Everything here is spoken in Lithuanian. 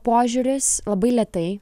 požiūris labai lėtai